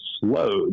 slowed